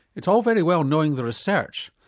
it's all very well knowing the research,